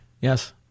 Yes